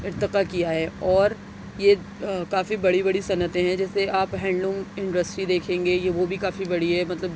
ارتقا کیا ہے اور یہ کافی بڑی بڑی صنعتیں ہیں جیسے آپ ہینڈ لوم انڈسٹری دیکھیں گے یہ وہ بھی کافی بڑی ہے مطلب